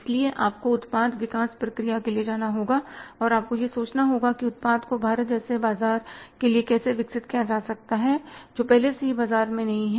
इसलिए आपको उत्पाद विकास प्रक्रिया के लिए जाना होगा और आपको यह सोचना होगा कि उत्पाद को भारत जैसे बाजार के लिए कैसे विकसित किया जा सकता है जो पहले से ही बाजार में नहीं है